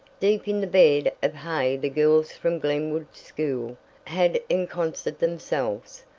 deep in the bed of hay the girls from glenwood school had ensconsed themselves.